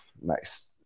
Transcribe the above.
nice